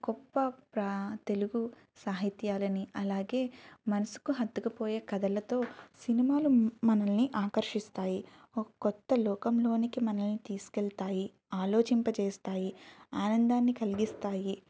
గొప్ప ప్ర తెలుగు సాహిత్యాలనీ అలాగే మనసుకు హత్తుకుపోయే కథలతో సినిమాలు మ్ మనల్ని ఆకర్షిస్తాయి ఒక కొత్త లోకంలోనికి మనల్ని తీసుకెళ్తాయి ఆలోచింపచేస్తాయి ఆనందాన్ని కలిగిస్తాయి